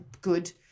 good